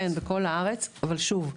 כן בכל הארץ, אבל שוב,